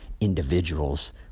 individuals